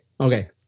Okay